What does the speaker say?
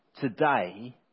today